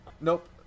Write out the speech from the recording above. Nope